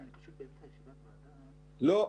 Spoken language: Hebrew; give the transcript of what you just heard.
לא.